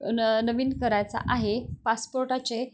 न नवीन करायचा आहे पासपोर्टाचे